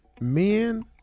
Men